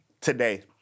today